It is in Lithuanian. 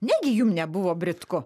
negi jum nebuvo britku